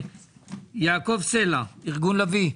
יעקב סלע, ארגון לביא.